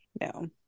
No